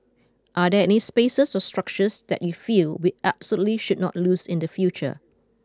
are there any spaces or structures that you feel we absolutely should not lose in the future